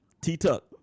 T-Tuck